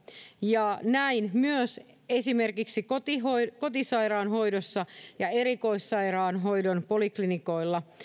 ja näin myös esimerkiksi kotisairaanhoidossa ja erikoissairaanhoidon poliklinikoilla